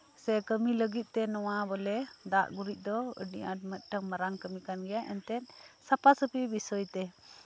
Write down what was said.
ᱥᱮ ᱠᱟᱢᱤ ᱞᱟᱹᱜᱤᱫ ᱫᱚ ᱱᱚᱶᱟ ᱵᱚᱞᱮ ᱫᱟᱜ ᱜᱩᱨᱤᱡ ᱫᱚ ᱟᱹᱰᱤ ᱟᱸᱴ ᱢᱟᱨᱟᱝ ᱠᱟᱢᱤ ᱠᱟᱱ ᱜᱮᱭᱟ ᱮᱱᱛᱮᱫ ᱥᱟᱯᱷᱟᱼᱥᱟᱯᱷᱤ ᱵᱤᱥᱚᱭ ᱛᱮ